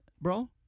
bro